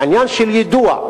העניין של יידוע.